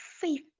faith